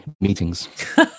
meetings